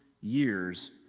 years